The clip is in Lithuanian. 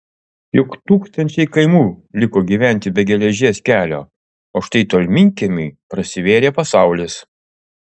juk tūkstančiai kaimų liko gyventi be geležies kelio o štai tolminkiemiui prasivėrė pasaulis